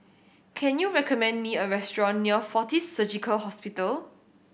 can you recommend me a restaurant near Fortis Surgical Hospital